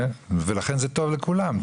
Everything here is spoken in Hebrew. כן, ולכן זה טוב לכולם.